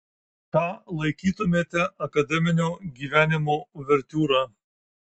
ką laikytumėte akademinio gyvenimo uvertiūra